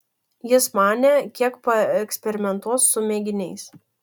jis manė kiek paeksperimentuos su mėginiais